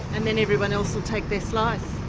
and then everyone else will take their slice.